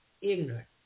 ignorant